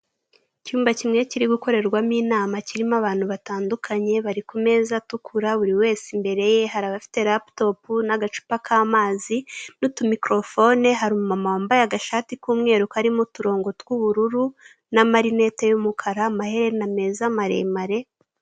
Icyumba kimwe kiri gukorerwamo inama kirimo abantu batandukanye, bari ku meza atukura buri wese imbere ye hari abafite laputopu n'agacupa k'amazi n'utumikorofone, hari umumama wambaye agashati k'umweru karimo uturongo tw'ubururu n'amarinete y'umukara, amaherena meza maremare.